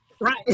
Right